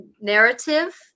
narrative